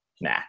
nah